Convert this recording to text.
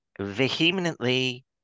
vehemently